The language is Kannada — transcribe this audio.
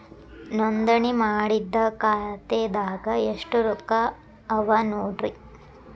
ನೋಂದಣಿ ಮಾಡಿದ್ದ ಖಾತೆದಾಗ್ ಎಷ್ಟು ರೊಕ್ಕಾ ಅವ ನೋಡ್ರಿ